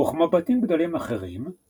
וכמו בתים גדולים אחרים,